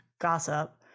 gossip